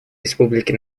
республики